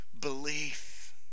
belief